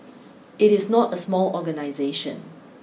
it is not a small organisation